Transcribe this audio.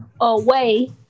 away